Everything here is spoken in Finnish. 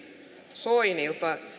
soinilta